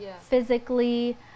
physically